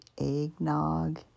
eggnog